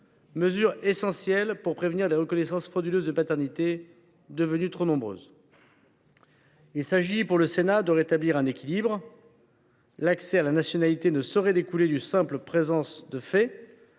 mesure est essentielle pour prévenir les reconnaissances frauduleuses de paternité, devenues trop nombreuses. Il revient au Sénat de rétablir un équilibre : l’accès à la nationalité française ne saurait découler d’une simple présence de fait,